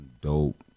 dope